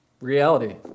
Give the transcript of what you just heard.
reality